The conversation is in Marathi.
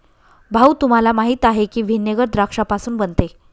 भाऊ, तुम्हाला माहीत आहे की व्हिनेगर द्राक्षापासून बनते